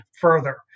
further